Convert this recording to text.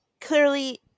clearly